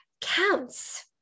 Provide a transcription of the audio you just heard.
counts